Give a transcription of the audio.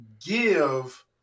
give